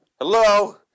Hello